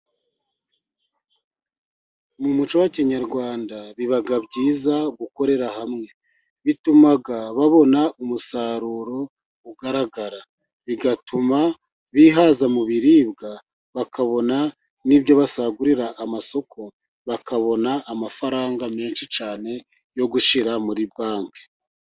Mu muco wa kinyarwanda biba byiza gukorera hamwe bituma babona umusaruro ugaragara bigatuma bihaza mu biribwa bakabona nibyo basagurira amasoko bakabona amafaranga menshi cyane yo gushira muri banke.